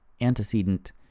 antecedent